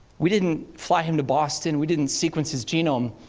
we didn't fly him to boston. we didn't sequence his genome.